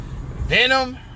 Venom